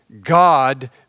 God